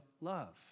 love